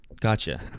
gotcha